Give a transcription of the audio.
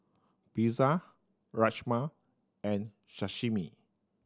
Pizza Rajma and Sashimi